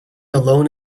alone